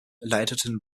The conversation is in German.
leiteten